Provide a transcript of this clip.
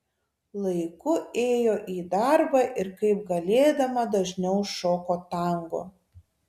laiku ėjo į darbą ir kaip galėdama dažniau šoko tango